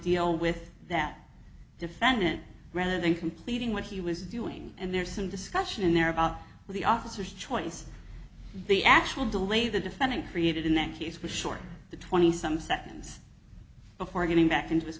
deal with that defendant rather than completing what he was doing and there's some discussion in there about the officers choice the actual delay the defendant created in that case was short the twenty some seconds before getting back into his